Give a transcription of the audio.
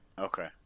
okay